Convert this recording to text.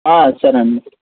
సరేనండి